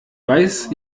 weiß